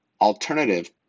alternative